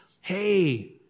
Hey